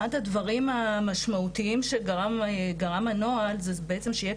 אחד הדברים המשמעותיים שגרם הנוהל זה בעצם שיהיה